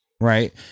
Right